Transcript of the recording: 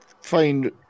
find